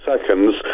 seconds